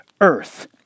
earth